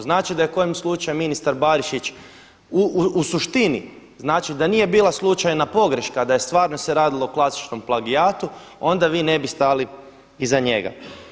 Znači da je kojim slučajem ministar Barišić u suštini, znači da nije bila slučajna pogreška, da je stvarno se radilo o klasičnom plagijatu, onda vi ne bi stali iza njega.